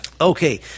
Okay